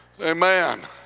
Amen